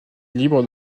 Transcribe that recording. libre